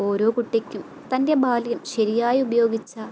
ഓരോ കുട്ടിക്കും തൻ്റെ ബാല്യം ശരിയായി ഉപയോഗിച്ച